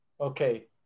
Okay